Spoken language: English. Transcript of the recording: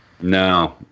No